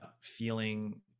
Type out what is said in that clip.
feeling